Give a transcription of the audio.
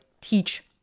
teach